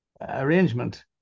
arrangement